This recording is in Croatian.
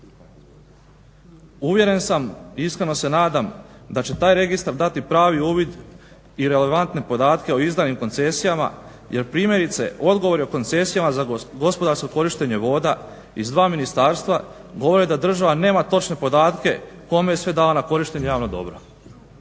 Uvjeren sam i iskreno se nadam da će taj registar dati pravi uvid i relevantne podatke o izdanim koncesijama, jer primjerice odgovori o koncesijama za gospodarsko korištenje voda iz dva ministarstva govore da država nema točne podatke kome je sve dala na korištenje javno dobro.